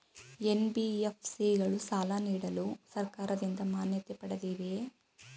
NBFC ಗಳು ಸಾಲ ನೀಡಲು ಸರ್ಕಾರದಿಂದ ಮಾನ್ಯತೆ ಪಡೆದಿವೆಯೇ?